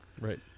Right